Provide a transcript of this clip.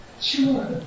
Sure